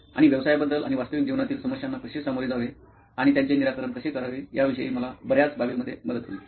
आणि व्यवसायाबद्दल आणि वास्तविक जीवनातील समस्यांना कसे सामोरे जावे आणि त्यांचे निराकरण कसे करावे याविषयी मला बर्याच बाबींमध्ये मदत होईल